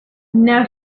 now